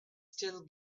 still